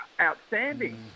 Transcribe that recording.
outstanding